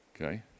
Okay